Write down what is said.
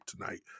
tonight